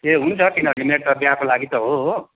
ए हुन्छ मेरो त बिहेको लागि त हो